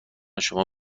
شما